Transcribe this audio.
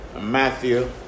Matthew